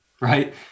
Right